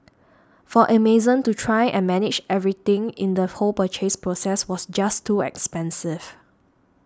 for Amazon to try and manage everything in the whole purchase process was just too expensive